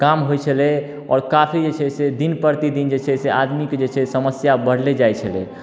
काम होइ छलै आओर काफी जे छै से दिन प्रतिदिन जे छै से आदमीके जे छै समस्या बढ़ले जाइ छलै